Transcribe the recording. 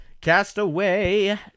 Castaway